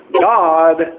God